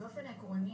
בבקשה.